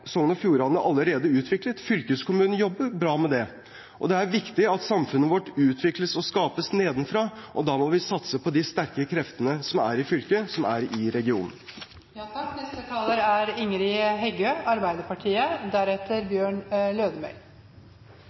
Sogn og Fjordane allerede utviklet – fylkeskommunen jobber bra med det. Det er viktig at samfunnet vårt utvikles og skapes nedenfra, og da må vi satse på de sterke kreftene som er i fylket, som er i